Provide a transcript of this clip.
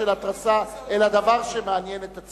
אכפתיות ממדינת ישראל,